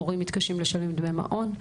הורים מתקשים לשלם דמי מעון.